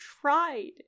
tried